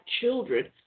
children